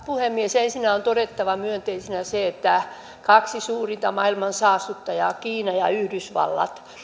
puhemies ensinnä on todettava myönteisenä se että kaksi suurinta maailman saastuttajaa kiina ja yhdysvallat